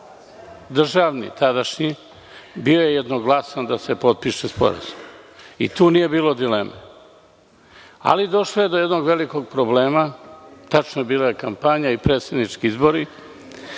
državni tadašnji bio je jednoglasan da se potpiše sporazum. Tu nije bilo dileme, ali došlo je do jednog velikog problema. Tačno, bila je kampanja i predsednički izbori.